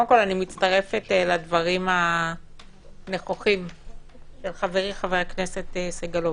אני מצטרפת לדברים הנכוחים של חברי חבר הכנסת סגלוביץ.